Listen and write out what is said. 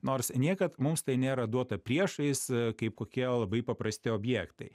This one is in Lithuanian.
nors niekad mums tai nėra duota priešais kaip kokie labai paprasti objektai